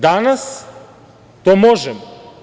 Danas to možemo.